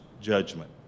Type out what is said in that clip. judgment